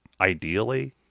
ideally